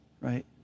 right